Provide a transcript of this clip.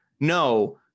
No